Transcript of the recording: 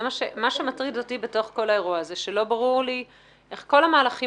מה שמטריד אותי באירוע הזה זה שלא ברור לי איך כל המהלכים